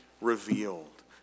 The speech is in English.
revealed